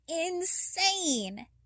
insane